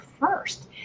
first